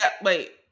wait